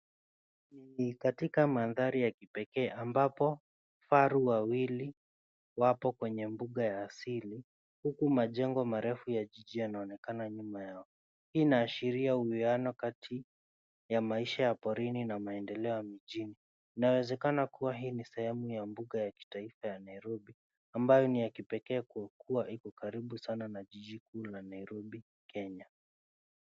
Ni katika mandhari ya kipekee ambapo kifaru wawili wapo kwenye mbuga ya asili huku majengo marefu ya jiji yanaonekana nyuma yao. Hii inaashiria uiano kati ya maisha ya porini na maendeleo ya mjini. Inawezekana kuwa hii ni sehemu ya mbuga ya kitaifa ya Nairobi ambayo ni ya kipekee kwa kuwa iko karibu sana na jiji kuu la Nairobi, Kenya.